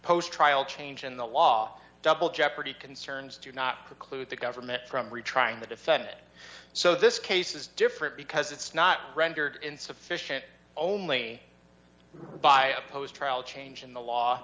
post trial change in the law double jeopardy concerns do not preclude the government from retrying the defendant so this case is different because it's not rendered insufficient only by opposed trial change in the law